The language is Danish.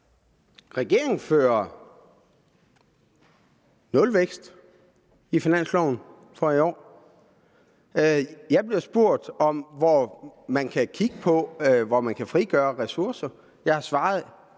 Regeringen fører nulvækst i finansloven for i år. Jeg blev spurgt, hvor man kan frigøre ressourcer, og jeg har svaret